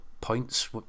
points